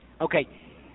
Okay